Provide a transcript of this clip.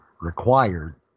required